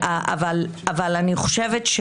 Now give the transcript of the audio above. אני אנמק את